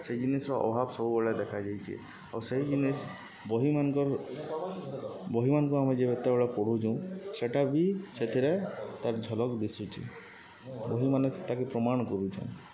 ସେଇ ଜିନିଷ୍ର ଅଭାବ୍ ସବୁବେଳେ ଦେଖାଯାଇଚେ ଆଉ ସେଇ ଜିନିଷ୍ ବହିମାନ୍କର୍ ବହିମାନ୍କୁ ଆମେ ଯେତେବେଳେ ପଢ଼ୁଚୁଁ ସେଟା ବି ସେଥିରେ ତାର୍ ଝଲକ୍ ଦିଶୁଚେ ବହିମାନେ ସେତାକେ ପ୍ରମାଣ୍ କରୁଚନ୍